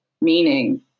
meaning